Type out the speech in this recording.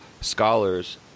scholars